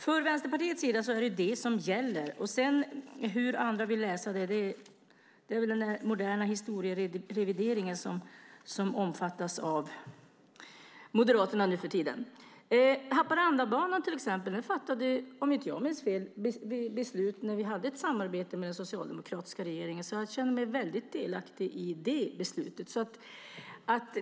Från Vänsterpartiets sida är det vad som gäller. Hur andra vill läsa det är öppet för den moderna historierevidering som omfattas av Moderaterna nu för tiden. Om inte jag minns fel fattades beslut om Haparandabanan när vi hade ett samarbete med den socialdemokratiska regeringen. Jag känner mig väldigt delaktig i det beslutet.